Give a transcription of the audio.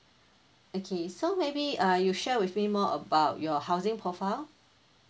okay so maybe uh you share with me more about your housing profile